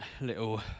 little